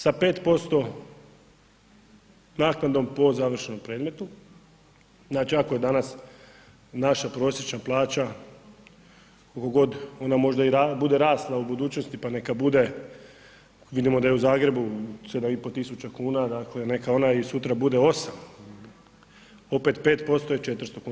Sa 5% naknadom po završenom predmetu, znači ako je danas naša prosječna plaća koliko god ona možda bude rasla u budućnosti, pa neka bude, vidimo da je u Zagrebu 7 i pol tisuća kuna dakle neka ona sutra bude 8, opet 5% je 400 kuna.